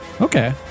Okay